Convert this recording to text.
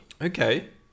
okay